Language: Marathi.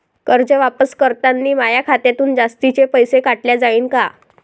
कर्ज वापस करतांनी माया खात्यातून जास्तीचे पैसे काटल्या जाईन का?